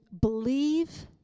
believe